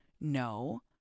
No